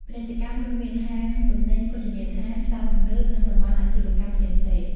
ពាណិជ្ជកម្ម រួមមាន ហាងទំនិញ ភោជនីយដ្ឋាន ផ្សារទំនើប និងតំបន់អាជីវកម្មផ្សេងៗ។